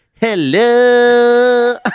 Hello